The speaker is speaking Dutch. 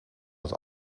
het